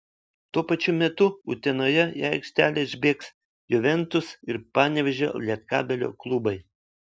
tuo pačiu metu utenoje į aikštelę išbėgs juventus ir panevėžio lietkabelio klubai